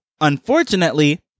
Unfortunately